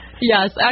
Yes